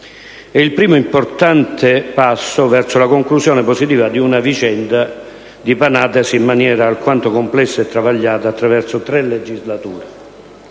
È il primo e importante passo verso la conclusione positiva di una vicenda dipanatasi in maniera alquanto complessa e travagliata attraverso tre legislature.